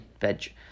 veg